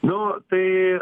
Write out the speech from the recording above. nu tai